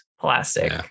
plastic